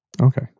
Okay